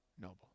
noble